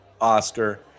Oscar